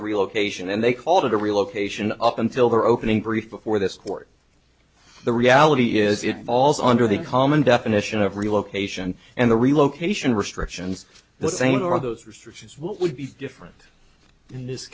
a relocation and they called it a relocation up until their opening brief before this court the reality is it falls under the common definition of relocation and the relocation restrictions are the same for those restrictions would be different in this